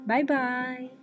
Bye-bye